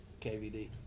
KVD